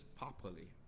properly